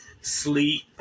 sleep